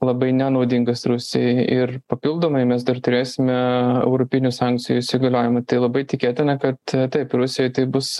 labai nenaudingas rusijai ir papildomai mes dar turėsime europinių sankcijų įsigaliojimą tai labai tikėtina kad taip rusijoj tai bus